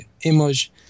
image